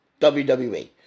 WWE